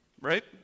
Right